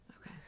Okay